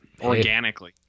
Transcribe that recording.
organically